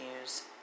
use